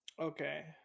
okay